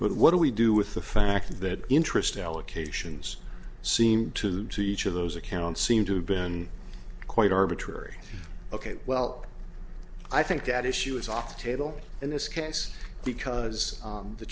but what do we do with the fact that interest allocations seem to to each of those accounts seem to have been quite arbitrary ok well i think that issue is off the table in this case because